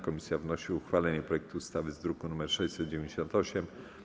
Komisja wnosi o uchwalenie projektu ustawy z druku nr 698.